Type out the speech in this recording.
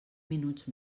minuts